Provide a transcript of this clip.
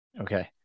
Okay